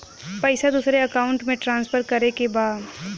पैसा दूसरे अकाउंट में ट्रांसफर करें के बा?